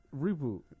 reboot